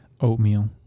Oatmeal